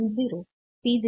0 P0